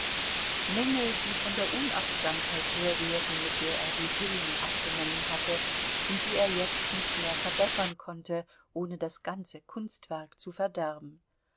mängel die von der unachtsamkeit herrührten mit der er die hüllen abgenommen hatte und die er jetzt nicht mehr verbessern konnte ohne das ganze kunstwerk zu verderben